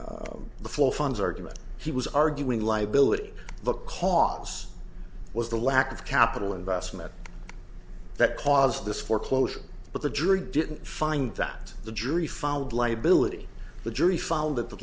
to the full funds argument he was arguing liability the cost was the lack of capital investment that caused this foreclosure but the jury didn't find that the jury found liability the jury found th